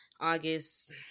August